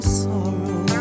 sorrow